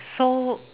so